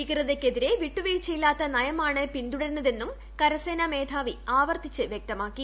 ഭീകരതയ്ക്കെതിരെ വിട്ടുവീഴ്ചയില്ലാത്ത നയമാണ് പിന്തുടരുന്നതെന്ന് കരസേനാ മേധാവി ആവർത്തിച്ചു വ്യക്തമാക്കി